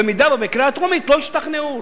אם בקריאה הטרומית לא השתכנעו,